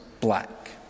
black